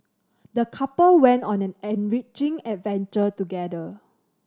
the couple went on an enriching adventure together